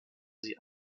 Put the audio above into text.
sie